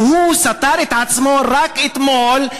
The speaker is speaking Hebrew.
והוא סתר את עצמו רק אתמול,